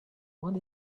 what